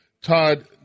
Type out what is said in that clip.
Todd